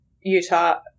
Utah